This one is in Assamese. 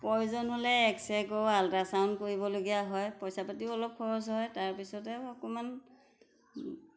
প্ৰয়োজন হ'লে এক্সৰে কৰোঁ আল্ট্ৰাচাউণ্ড কৰিবলগীয়া হয় পইচা পাতিও অলপ খৰচ হয় তাৰপিছতেও অকণমান